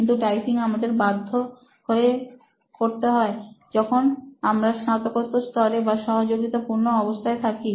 কিন্তু টাইপিং আমরা বাধ্য হয়ে করে থাকি যখন আমরা স্নাতকোত্তর স্তরে বা সহযোগিতাপূর্ণ অবস্থায় থাকি